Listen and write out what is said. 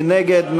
מי נגד?